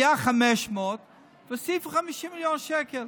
היה 500 והוסיפו 50 מיליון שקל.